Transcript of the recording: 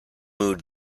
mood